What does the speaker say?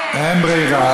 אין ברירה.